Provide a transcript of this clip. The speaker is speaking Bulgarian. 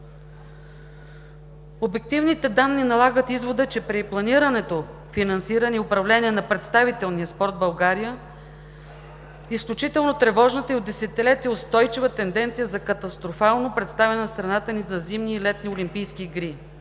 Обективните данни налагат извода, че при планирането, финансиране и управление на представителния спорт в България е изключително тревожната и от десетилетие устойчива тенденция за катастрофално представяне на страната ни за зимни и летни олимпийски игри